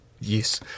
Yes